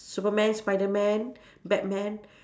superman spider man batman